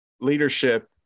leadership